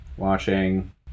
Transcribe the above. Watching